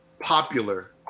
Popular